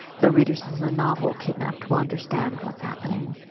though readers of the the novel kidnapped will understand what's happening,